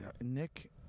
Nick